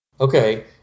Okay